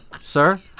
Sir